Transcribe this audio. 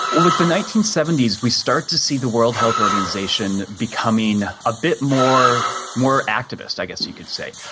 with the nineteen seventy s we start to see the world health organisation becoming a bit more more activist, i guess you could say.